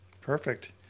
Perfect